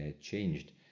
changed